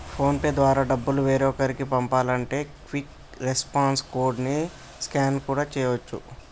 phone pay ద్వారా డబ్బులు వేరొకరికి పంపాలంటే క్విక్ రెస్పాన్స్ కోడ్ ని స్కాన్ కూడా చేయచ్చు